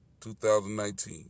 2019